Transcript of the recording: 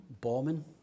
bombing